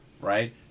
right